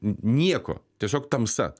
nieko tiesiog tamsa